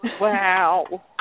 Wow